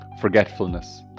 Forgetfulness